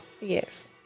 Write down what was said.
Yes